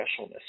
specialness